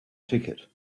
ticket